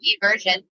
version